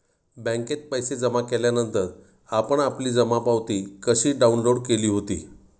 बँकेत पैसे जमा केल्यानंतर आपण आपली जमा पावती कशी डाउनलोड केली होती?